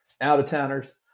out-of-towners